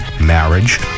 marriage